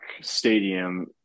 Stadium